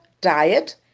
diet